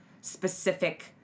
specific